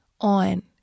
on